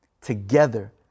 together